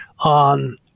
on